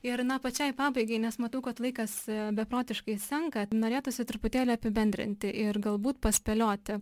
ir na pačiai pabaigai nes matau kad laikas beprotiškai senka norėtųsi truputėlį apibendrinti ir galbūt paspėlioti